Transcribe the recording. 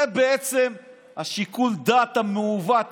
זה בעצם שיקול הדעת המעוות,